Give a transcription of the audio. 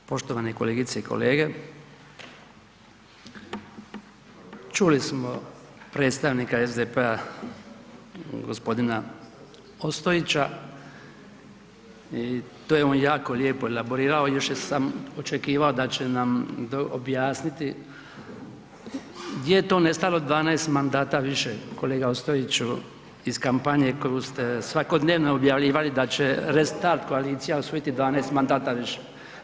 Poštovane kolegice i kolege čuli smo predstavnika SDP-a gospodina Ostojića i to je on jako lijepo elaborirao još sam očekivao da će nam objasniti gdje je to nestalo 12 mandata više kolega Ostojiću iz kampanje koju ste svakodnevno objavljivali da će Restart koalicija osvojiti 12 mandata više.